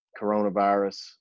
coronavirus